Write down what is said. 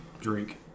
Drink